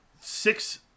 six